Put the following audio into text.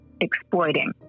exploiting